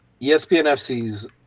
ESPNFC's